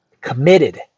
committed